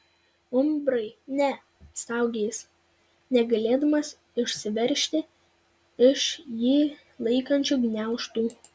umbrai ne staugė jis negalėdamas išsiveržti iš jį laikančių gniaužtų